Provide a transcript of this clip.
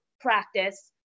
practice